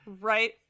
right